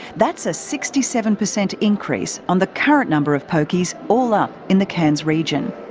that's a sixty seven percent increase on the current number of pokies all up in the cairns region